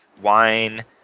Wine